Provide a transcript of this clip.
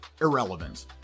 irrelevant